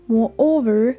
Moreover